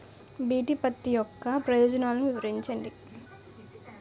BT పత్తి యొక్క ప్రయోజనాలను వివరించండి?